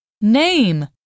Name